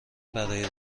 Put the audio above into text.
برای